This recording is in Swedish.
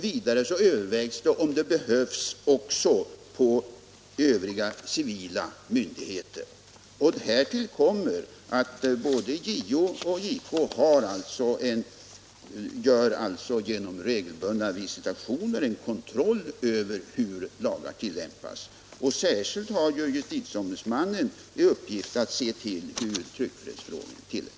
Vidare övervägs om det behövs åtgärder också inom övriga civila myndigheter. Härtill kommer att både JO och JK genom regelbundna visitationer kontrollerar hur lagar tilllämpas. Särskilt har justitieombudsmannen i uppgift att se till hur tryckfrihetsförordningen tillämpas.